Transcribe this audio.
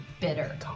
bitter